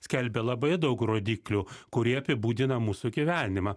skelbia labai daug rodiklių kurie apibūdina mūsų gyvenimą